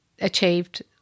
achieved